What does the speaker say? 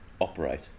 operate